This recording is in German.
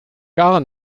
gar